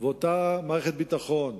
ואותה מערכת ביטחון,